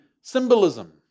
symbolism